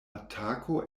atako